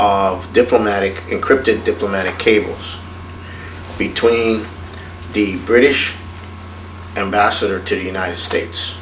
of diplomatic encrypted diplomatic cables between the british ambassador to the united states